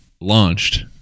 launched